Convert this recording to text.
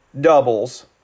doubles